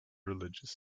religious